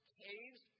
caves